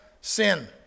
sin